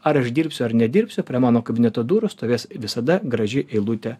ar aš dirbsiu ar nedirbsiu prie mano kabineto durų stovės visada graži eilutė